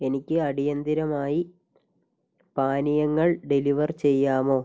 എനിക്ക് അടിയന്തിരമായി പാനീയങ്ങൾ ഡെലിവർ ചെയ്യാമോ